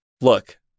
Look